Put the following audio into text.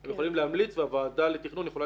הם יכולים להמליץ והוועדה לתכנון יכולה